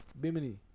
Bimini